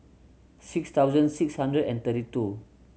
six thousand six hundred and thirty two